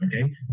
okay